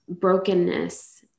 brokenness